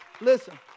Listen